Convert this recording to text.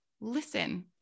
Listen